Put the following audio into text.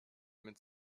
mit